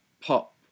pop